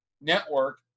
Network